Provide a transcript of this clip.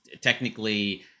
technically